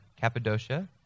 Cappadocia